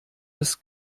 des